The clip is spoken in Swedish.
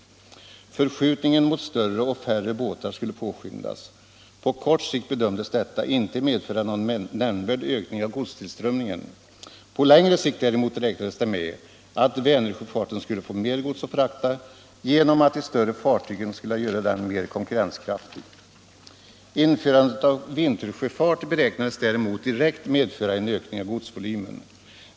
Förskjutningen mot större och färre båtar skulle påskyndas. På kort sikt bedömdes detta inte medföra någon nämnvärd ökning av godstillströmningen. På längre sikt däremot räknades det med att Vänersjöfarten skulle få mer gods att frakta genom att de större fartygen skulle göra den mer konkurrenskraftig. Införandet av vintersjöfart beräknades däremot direkt medföra en ökning av godsvolymen.